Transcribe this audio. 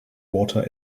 water